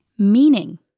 meaning